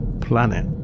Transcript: planet